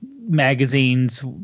magazines